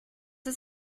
ist